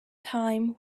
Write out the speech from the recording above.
time